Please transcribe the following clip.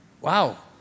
Wow